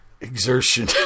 exertion